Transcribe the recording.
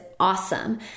awesome